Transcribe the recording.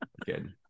good